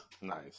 Nice